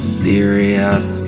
serious